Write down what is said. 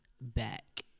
back